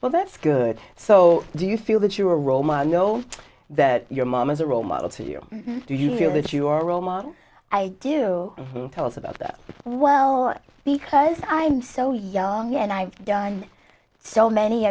well that's good so do you feel that you're romano that your mom is a role model to you do you feel that you are a role model i do tell us about that well because i'm so young and i've done so many